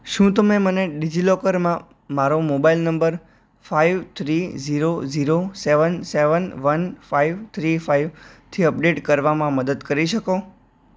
શું તમે મને ડિજિલોકરમાં મારો mobile number five three zero zero seven seven one five three five થી અપડેટ કરવામાં મદદ કરી શકો